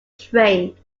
trained